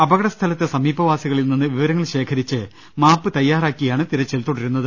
അപകടസ്ഥലത്തെ സമീപ വാസികളിൽനിന്ന് വിവരങ്ങൾ ശേഖരിച്ച് മാപ്പ് തയ്യാറാക്കിയാണ് തിരച്ചിൽ തുടരുന്നത്